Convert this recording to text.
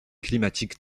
climatique